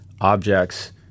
objects